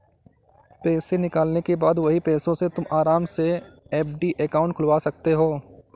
पैसे निकालने के बाद वही पैसों से तुम आराम से एफ.डी अकाउंट खुलवा सकते हो